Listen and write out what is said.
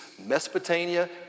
mesopotamia